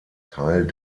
teil